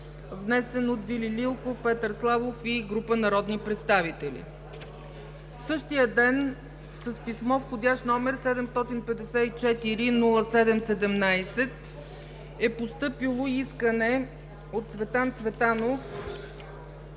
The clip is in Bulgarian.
внесен от Вили Лилков, Петър Славов и група народни представители. В същия ден с писмо с вх. № 754-07-17 е постъпило искане от Цветан Цветанов